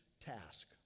Task